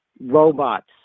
robots